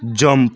jump